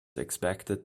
expected